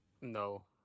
No